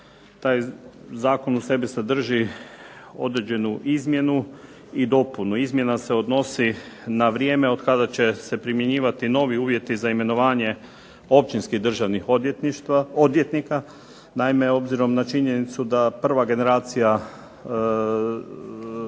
Taj zakon u sebi sadrži određenu izmjenu i dopunu. Izmjena se odnosi na vrijeme otkada će se primjenjivati novi uvjeti za imenovanje općinskih državnih odvjetnika. Naime, obzirom na činjenicu da prva generacija polaznika